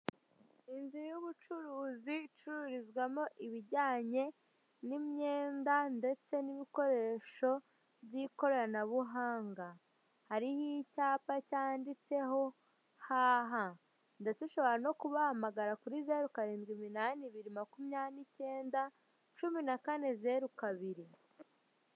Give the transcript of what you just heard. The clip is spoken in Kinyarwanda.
Inzu y'ubucuruzi icururizwamo ibijyanye n'imyenda ndetse n'ibikoresho by'ikoranabuhanga, hariho icyapa cyanditseho haha, ndetse ushobora no kubahamagara kuri zeru karindwi iminani ibiri, makumyabiri n'ikenda cumi na kane zeru kabiri.